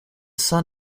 son